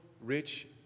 rich